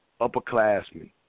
upperclassmen